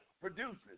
produces